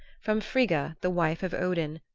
from frigga, the wife of odin,